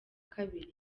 kabiri